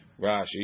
Rashi